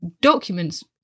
documents